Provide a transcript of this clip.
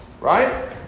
right